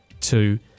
two